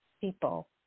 people